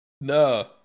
No